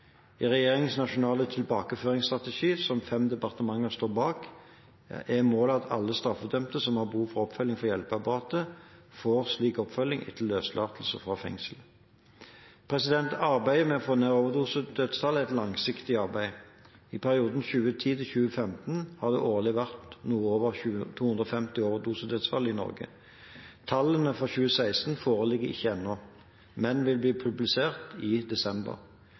I regjeringens nasjonale tilbakeføringsstrategi, som fem departementer står bak, er målet at alle straffedømte som har behov for oppfølging fra hjelpeapparatet, får slik oppfølging etter løslatelse fra fengsel. Arbeidet med å få ned tallene for overdosedødsfall er et langsiktig arbeid. I perioden 2010–2015 har det årlig vært noe over 250 overdosedødsfall i Norge. Tallene for 2016 foreligger ikke ennå, men vil bli publisert i desember.